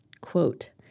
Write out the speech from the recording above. quote